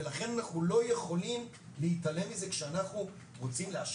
לכן אנחנו לא יכולים להתעלם מזה כשאנחנו רוצים לאשר